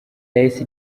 yahise